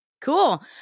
Cool